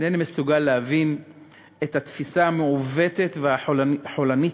אינני מסוגל להבין את התפיסה המעוותת והחולנית